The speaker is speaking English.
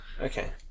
Okay